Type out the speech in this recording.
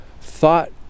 thought